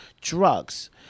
drugs